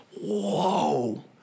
Whoa